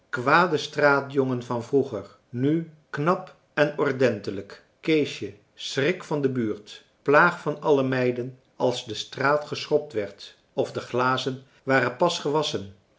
kwade straatjongen van vroeger nu knap en ordentelijk keesje schrik van de buurt plaag van alle meiden als de straat geschrobd werd of de glazen waren pas gewasschen